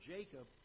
Jacob